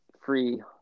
free